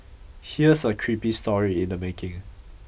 here's a creepy story in the making